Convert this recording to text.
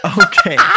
Okay